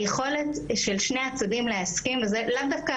היכולת של שני הצדדים להסכים זה לאו דווקא